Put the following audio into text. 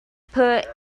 put